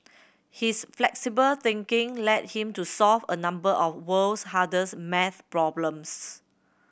his flexible thinking led him to solve a number of world's hardest maths problems